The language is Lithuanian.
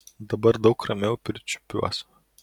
dabar daug ramiau pirčiupiuos